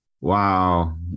Wow